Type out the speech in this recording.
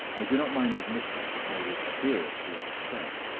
i do not mind admitting that i was seriously upset.